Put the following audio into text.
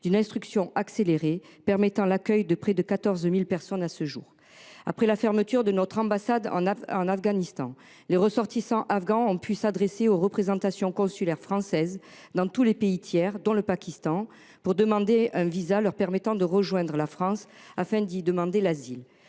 d’une instruction accélérée, permettant l’accueil de près de 14 000 personnes à ce jour. Après la fermeture de notre ambassade en Afghanistan, les ressortissants afghans ont eu la possibilité de s’adresser aux représentations consulaires françaises dans tous les pays tiers, dont le Pakistan, pour solliciter un visa leur permettant de rejoindre la France afin d’y demander l’asile.